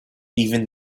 even